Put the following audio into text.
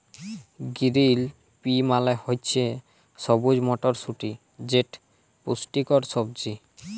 গিরিল পি মালে হছে সবুজ মটরশুঁটি যেট পুষ্টিকর সবজি